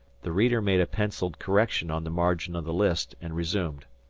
the reader made a pencilled correction on the margin of the list, and resumed.